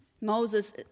Moses